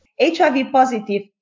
HIV-positive